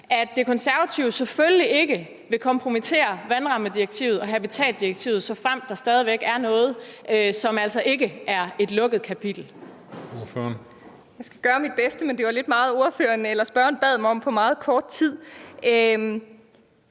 at De Konservative selvfølgelig ikke vil kompromittere vandrammedirektivet og habitatdirektivet, såfremt der er stadig væk er noget, som altså ikke er et lukket kapitel.